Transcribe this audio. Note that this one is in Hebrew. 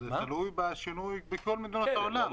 זה תלוי בשינוי בכל העולם,